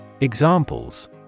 Examples